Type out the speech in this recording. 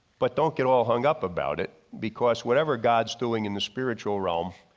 but don't get all hung up about it because whatever god's doing in the spiritual realm,